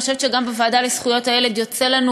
אני חושבת שגם בוועדה לזכויות הילד יוצא לנו,